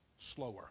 slower